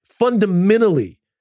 Fundamentally